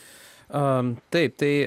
a taip tai